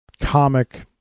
comic